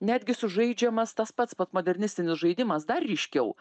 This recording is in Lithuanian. netgi sužaidžiamas tas pats postmodernistinis žaidimas dar ryškiau